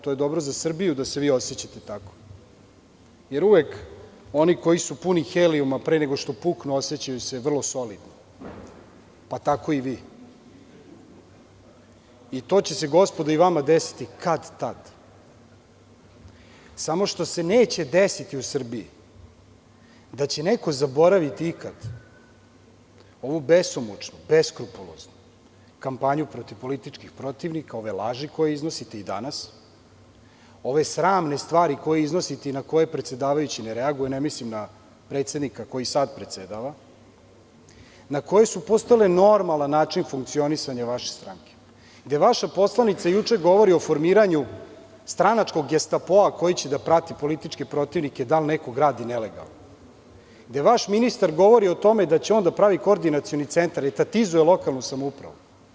To je dobro za Srbiju da se vi osećate tako, jer uvek oni koji su puni helijuma pre nego što puknu osećaju se vrlo solidno, pa tako i vi i to će se gospodo i vama desiti kad tad, samo što se neće desiti u Srbiji, da će neko zaboraviti ikada ovu besomučnu, beskrupuloznu kampanju protiv političkih protivnika, ove laži koje iznosite i danas, ove sramne stvari koje iznosite i na koje predsedavajući ne reaguje, ne mislim na predsednika koji sada predsedava, na koje su postale normalan način funkcionisanja vaše stranke, gde vaša poslanica juče govori o formiranju stranačkog gestapoa koji će da prati politički protivnik i da li neko gradi nelegalno, gde vaš ministar govori o tome da će on da pravi koordinacioni centar, da etatizuje lokalnu samoupravu.